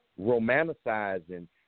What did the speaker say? romanticizing